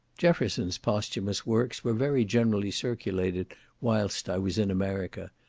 jefferson's posthumous works were very generally circulated whilst i was in america.